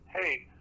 Hey